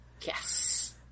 Yes